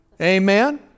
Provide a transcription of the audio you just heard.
Amen